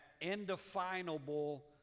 indefinable